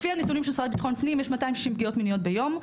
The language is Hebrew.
לפי הנתונים של המשרד לביטחון פנים יש 260 פגיעות מיניות ביום.